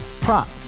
Prop